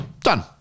Done